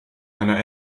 einer